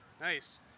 nice